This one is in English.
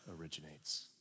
originates